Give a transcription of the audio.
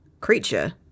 creature